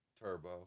Turbo